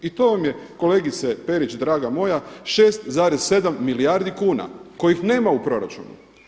I to vam je kolegice Perić draga moja 6,7 milijardi kuna kojih nema u proračunu.